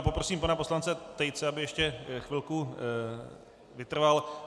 Poprosím pana poslance Tejce, aby ještě chvilku vytrval.